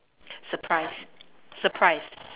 surprise surprise